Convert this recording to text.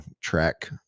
track